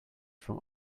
from